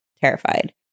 terrified